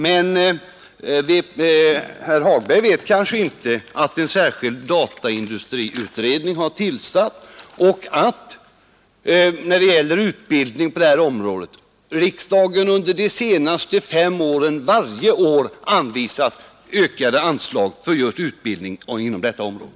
Men herr Hagberg vet kanske inte att en särskild dataindustriutredning har tillsatts och att riksdagen under de senaste fem åren varje år anvisat ökade anslag för just utbildning inom detta område.